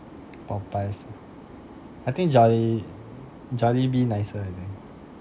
popeye's ah I think joli~ jollibee nicer I think